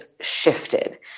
shifted